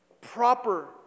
proper